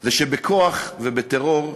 הוא שבכוח ובטרור,